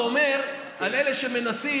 אולי בכנסת הבאה זה